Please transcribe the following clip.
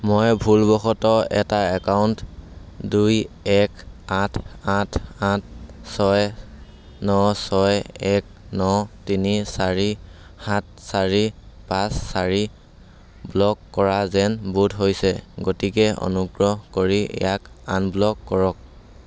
মই ভুলবশতঃ এটা একাউণ্ট দুই এক আঠ আঠ আঠ ছয় ন ছয় এক ন তিনি চাৰি সাত চাৰি পাঁচ চাৰি ব্ল'ক কৰা যেন বোধ হৈছে গতিকে অনুগ্ৰহ কৰি ইয়াক আনব্ল'ক কৰক